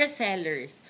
sellers